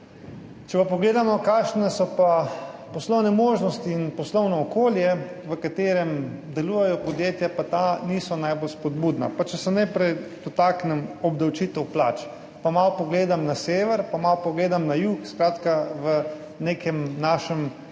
Če pa pogledamo, kakšne so pa poslovne možnosti in poslovno okolje v katerem delujejo podjetja, pa ta niso najbolj spodbudna. Pa če se najprej dotaknem obdavčitev plač, pa malo pogledam na sever, pa malo pogledam na jug, skratka v nekem našem rajonu